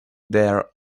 there